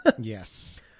Yes